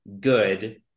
good